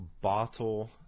Bottle